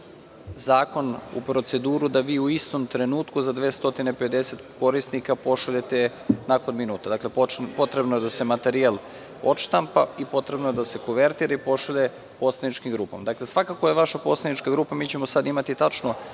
zakon u proceduru da vi u istom trenutku za 250 korisnika pošaljete nakon minuta. Znači, potrebno je da se materijal odštampa i potrebno je da se kovertira, i pošalje poslaničkim grupama. Dakle, svakako je vaša poslanička grupa, mi ćemo sada imati tačno